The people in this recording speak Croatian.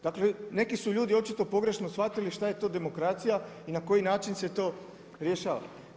Dakle, neki su ljudi očito pogrešno shvatili šta je to demokracija i na koji način se to rješava.